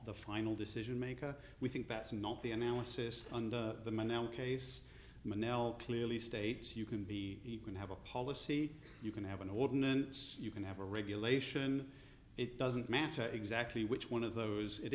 the final decision maker we think that's not the analysis under the man now case clearly states you can be can have a policy you can have an ordinance you can have a regulation it doesn't matter exactly which one of those it